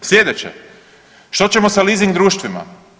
Slijedeće što ćemo sa leasing društvima?